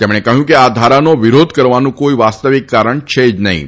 તેમણે કહ્યું કે આ ધારાનો વિરોધ કરવાનું કોઈ વાસ્તવિક કારણ છે જ નહીં